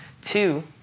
two